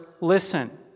listen